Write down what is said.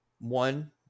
One